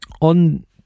on